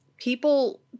people